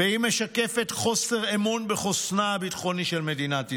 והיא "משקפת חוסר אמון בחוסנה הביטחוני והלאומי של מדינת ישראל".